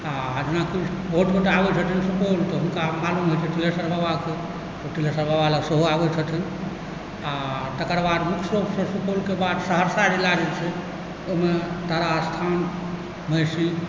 आ जेनाकि बहुत गोटा आबै छथिन सुपौल तऽ हुनका मालूम होइ छै सिंघेश्वर बाबा तऽ सिंघेश्वर बाबा लऽ सेहो आबै छथिन आ तकर बादमे सुपौलके बाद सहरसा जिला जे छै ओहिमे तारा स्थान महिषी